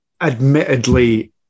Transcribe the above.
Admittedly